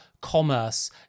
commerce